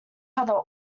other